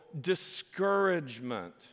discouragement